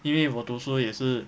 因为我读书也是